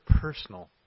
personal